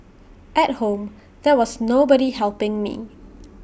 at home there was nobody helping me